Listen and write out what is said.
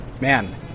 man